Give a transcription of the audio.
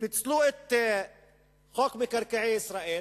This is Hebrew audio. פיצלו את חוק מינהל מקרקעי ישראל